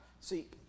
See